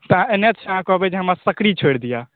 तऽ N H अहाँ कहबै जे हमरा सकरी छोड़ि दीअऽ